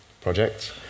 projects